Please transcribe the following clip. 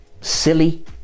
silly